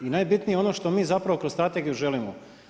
I najbitnije je ono što mi zapravo kroz strategiju želimo.